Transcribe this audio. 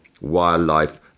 wildlife